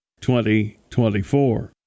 2024